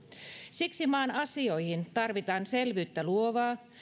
siksi maan asioihin tarvitaan selvyyttä luovaa